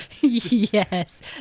Yes